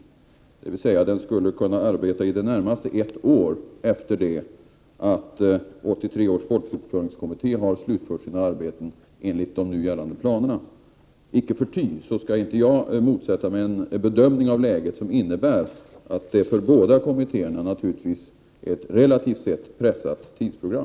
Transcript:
Organisationskommittén skulle med andra ord kunna arbeta i det närmaste ett år efter det att 1983 års folkbokföringskommitté slutfört sitt arbete enligt de nu gällande planerna. Icke förty skall inte jag motsätta mig en bedömning av läget som innebär att det för båda kommittéerna naturligtvis är ett relativt sett pressat tidsprogram.